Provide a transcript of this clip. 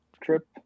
trip